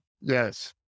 Yes